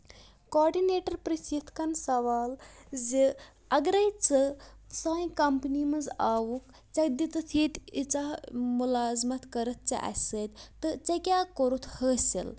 coordinator پرٛژھِ یَتھ کَن سوال زِ اَگرے ژٕ سانہِ کَمپٔنی منٛز آوُکھ ژےٚ دِتُتھ ییٚتہِ ییٖژہ مُلازمَتھ کٔرٕتھ ژےٚ اَسہِ سۭتۍ تہٕ ژےٚ کیاہ کوٚرُتھ حٲصِل